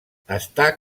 està